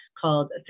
called